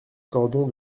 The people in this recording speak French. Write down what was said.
cordon